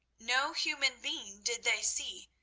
no human being did they see,